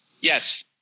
Yes